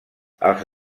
els